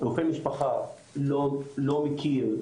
רופא משפחה לא מכיר,